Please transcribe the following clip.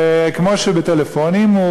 וכמו בטלפונים,